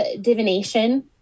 divination